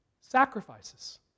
Sacrifices